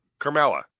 Carmella